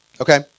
okay